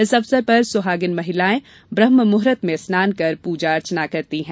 इस अवसर पर सुहागिन महिलाएं ब्रहममुहर्त में स्नान कर प्रजा अर्चना करती है